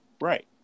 right